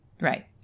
Right